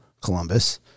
Columbus